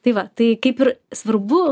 tai va tai kaip ir svarbu